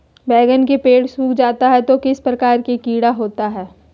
बैगन के पेड़ सूख जाता है तो किस प्रकार के कीड़ा होता है?